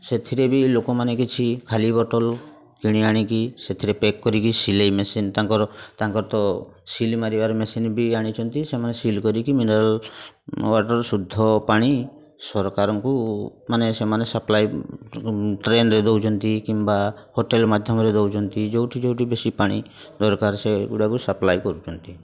ସେଥିରେ ବି ଲୋକମାନେ କିଛି ଖାଲି ବଟଲ୍ କିଣି ଆଣିକି ସେଥିରେ ପ୍ୟାକ୍ କରିକି ସିଲେଇ ମେସିନ୍ ତାଙ୍କର ତାଙ୍କର ତ ସିଲ୍ ମାରିବାର ମେସିନ୍ ବି ଆଣିଛନ୍ତି ସେମାନେ ସିଲ୍ କରିକି ମିନେରାଲ୍ ୱାଟର୍ ଶୁଦ୍ଧ ପାଣି ସରକାରଙ୍କୁ ମାନେ ସେମାନେ ସପ୍ଲାଏ ଟ୍ରେନ୍ରେ ଦଉଛନ୍ତି କିମ୍ବା ହୋଟେଲ୍ ମାଧ୍ୟମରେ ଦଉଛନ୍ତି ଯେଉଁଠି ଯେଉଁଠି ବେଶୀ ପାଣି ଦରକାର ସେ ଗୁଡ଼ାକୁ ସପ୍ଲାଏ କରୁଛନ୍ତି